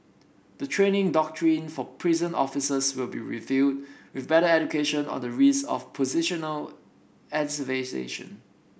the training doctrine for prison officers will be reviewed with better education on the risk of positional asphyxiation